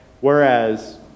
Whereas